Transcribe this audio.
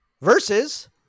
versus